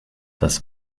das